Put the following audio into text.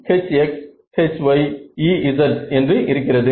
TM HxHyEz என்று இருக்கிறது